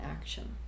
action